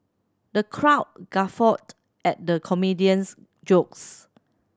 the crowd guffawed at the comedian's jokes